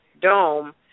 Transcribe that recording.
dome